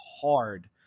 hard